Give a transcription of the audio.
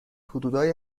حدودای